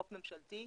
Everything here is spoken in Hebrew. מו"פ ממשלתי,